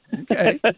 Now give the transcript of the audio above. Okay